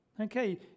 Okay